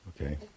Okay